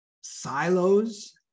silos